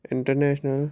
international